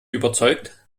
überzeugt